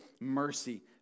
mercy